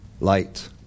light